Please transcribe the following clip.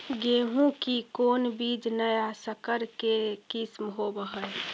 गेहू की कोन बीज नया सकर के किस्म होब हय?